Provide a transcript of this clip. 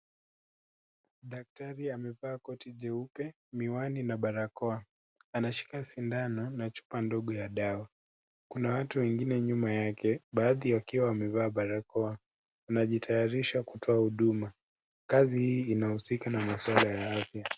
Daktari amevaa koti jeupe miwani na barakoa. Anashika sindano na chupa ndogo ya dawa. Kuna watu wengine nyuma yake baadhi wakiwa wamevalia barakoa . Wanajitayarisha kutoa huduma. Kazi hii inahusika na maswala ya afya.